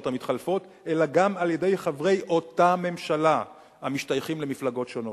המתחלפות אלא גם על-ידי חברי אותה ממשלה המשתייכים למפלגות שונות.